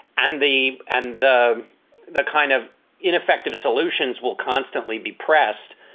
and the and the the kind of ineffective solutions will constantly be pressed